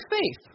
faith